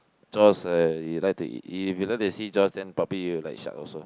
Jaws uh you like to if you like to see Jaws then you probably like shark also